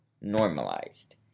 normalized